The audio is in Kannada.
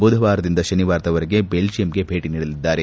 ಬುಧವಾರದಿಂದ ಶನಿವಾರದವರೆಗೆ ಬೆಲ್ಜಿಯಂಗೆ ಭೇಟ ನೀಡಲಿದ್ದಾರೆ